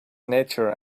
nature